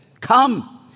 Come